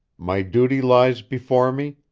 my duty lies before me,